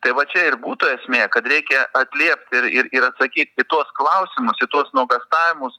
tai va čia ir būtų esmė kad reikia atliepti ir ir ir atsakyt į tuos klausimus į tuos nuogąstavimus